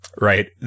right